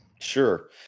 Sure